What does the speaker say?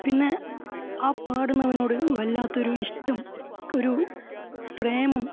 പിന്നെ ആ പാടുന്നവനോട് വല്ലാത്തൊരു ഇഷ്ടം ഒരു പ്രേമം